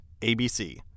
ABC